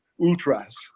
ultras